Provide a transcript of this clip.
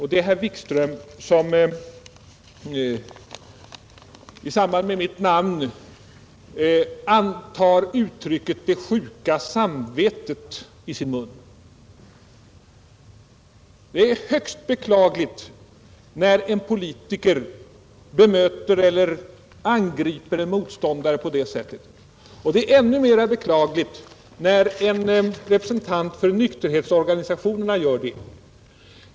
Herr Wikström i Stockholm har i samband med mitt namn tagit uttrycket ”det sjuka samvetet” i sin mun, Det är högst beklagligt att en politiker bemöter eller angriper en motståndare på det sättet, och det är ännu mera beklagligt att en representant för nykterhetsorganisationerna gör det.